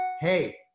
hey